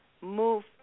move